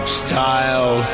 style